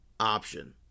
Option